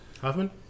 Hoffman